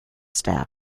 staff